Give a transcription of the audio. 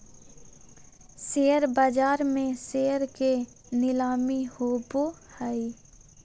share बाज़ार में share के नीलामी होबो हइ